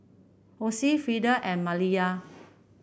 Osie Frieda and Maliyah